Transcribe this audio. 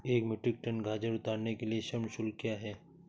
एक metric tonne गाजर उतारने के लिए श्रम शुल्क क्या है?